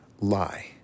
lie